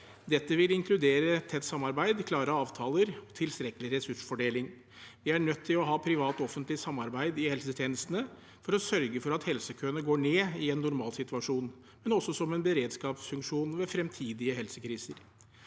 Dette vil inkludere et tett samarbeid, klare avtaler og tilstrekkelig ressursfordeling. Vi er nødt til å ha privat-offentlig samarbeid i helsetjenestene for å sørge for at helsekøene går ned i en normalsituasjon, men også som en beredskapsfunksjon ved fremtidige helsekriser.